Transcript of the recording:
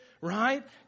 right